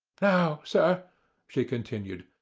now, sir she continued,